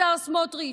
השר סמוטריץ',